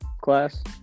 class